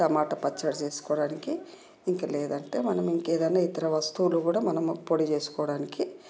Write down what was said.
టమాట పచ్చడి చేసుకోవడానికి ఇంకా లేదంటే మనము ఇంకా ఏదైనా ఇతర వస్తువులు కూడా మనము పొడి చేసుకోవడానికి